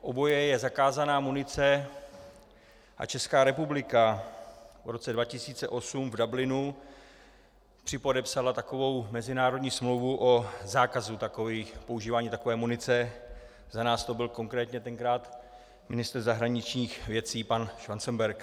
Oboje je zakázaná munice a Česká republika v roce 2008 v Dublinu připodepsala takovou mezinárodní smlouvou o zákazu používání takové munice, za nás to byl konkrétně tenkrát ministr zahraničních věcí pan Schwarzenberg.